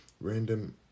random